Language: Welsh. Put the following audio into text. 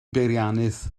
beiriannydd